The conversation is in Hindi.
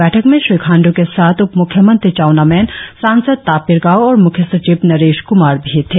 बैठक में श्री खांड् के साथ उप म्ख्यमंत्री चाउना मेन सांसद तापिर गाव और म्ख्य सचिव नरेश क्मार भी थे